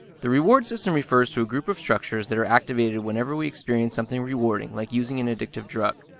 the reward system refers to a group of structures that are activated whenever we experience something rewarding like using an addictive drug.